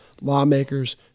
lawmakers